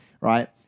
right